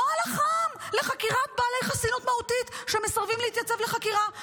נוהל אח"מ לחקירת בעלי חסינות מהותית שמסרבים להתייצב לחקירה.